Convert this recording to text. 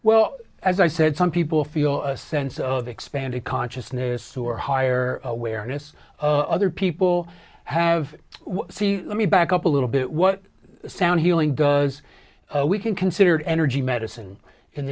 well as i said some people feel a sense of expanded consciousness or higher awareness of other people have seen let me back up a little bit what sound healing does we can considered energy medicine